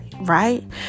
right